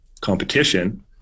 competition